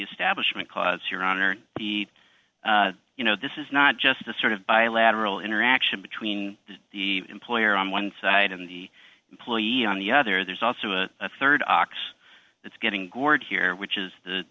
establishment clause your honor the you know this is not just the sort of bilateral interaction between the employer on one side and the employee on the other there's also a rd ox that's getting gored here which is the